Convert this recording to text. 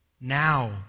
now